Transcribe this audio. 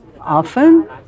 often